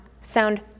sound